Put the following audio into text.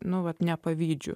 nuolat nepavydžiu